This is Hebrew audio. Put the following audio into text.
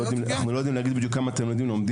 אנחנו לא מדברים על אחד